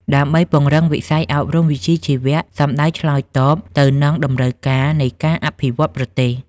ដើម្បីពង្រឹងវិស័យអប់រំវិជ្ជាជីវៈ សំដៅឆ្លើយតបទៅនឹងតម្រូវការនៃការអភិវឌ្ឍប្រទេស។